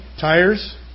Tires